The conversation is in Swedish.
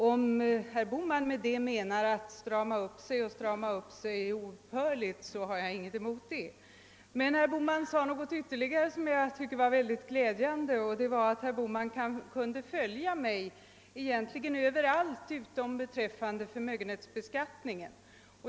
Om det är det herr Bohman menar när han säger att vi har stramat upp oss — vi har i så fall stramat upp oss oupphörligen — har jag ingenting att invända. Herr Bohman sade vidare något som jag tyckte var mycket glädjande, nämligen att han kunde instämma i vad jag sade på egentligen alla områden utom beträffande förmögenhetsbeskattningen.